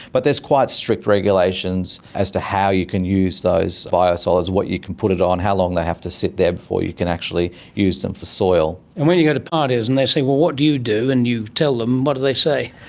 but there are quite strict regulations as to how you can use those bio-solids, what you can put it on, how long they have to sit there before you can actually use them for soil. and when you you go to parties and they say, well, what do you do and you tell them, what do they say?